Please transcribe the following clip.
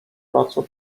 placu